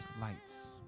lights